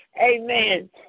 Amen